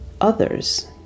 others